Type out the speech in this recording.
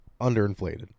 underinflated